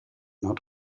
not